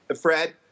Fred